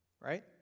Right